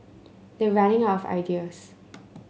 they're running out of ideas